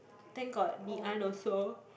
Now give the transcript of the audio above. thank got Ngee-Ann also